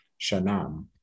Shanam